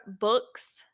Books